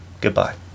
Goodbye